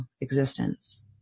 existence